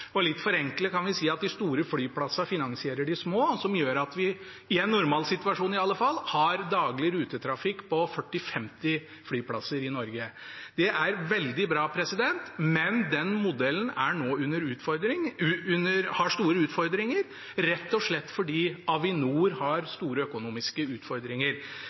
Litt forenklet kan vi si at de store flyplassene finansierer de små, noe som gjør at vi – i en normal situasjon i alle fall – har daglig rutetrafikk på 40–50 flyplasser i Norge. Det er veldig bra, men den modellen har nå store utfordringer, rett og slett fordi Avinor har store økonomiske utfordringer.